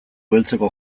beltzeko